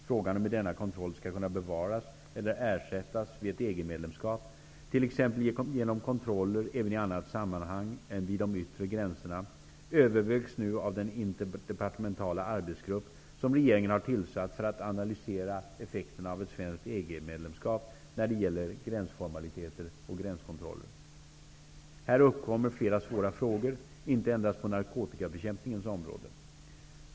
Frågan om hur denna kontroll skall kunna bevaras eller ersättas vid ett EG-medlemskap -- t.ex. genom kontroller även i annat sammanhang än vid de yttre gränserna -- övervägs nu av den interdepartementala arbetsgrupp som regeringen har tillsatt för att analysera effekterna av ett svenskt EG-medlemskap när det gäller gränsformaliteter och gränskontroller. Här uppkommer flera svåra frågor, inte endast på narkotikabekämpningens område.